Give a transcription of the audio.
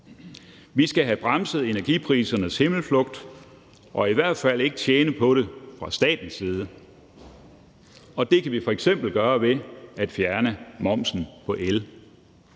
Vi skal have bremset energiprisernes himmelflugt og i hvert fald ikke tjene på det fra statens side. Og det kan vi f.eks. gøre ved at fjerne momsen på el.